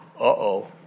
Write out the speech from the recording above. Uh-oh